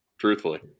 truthfully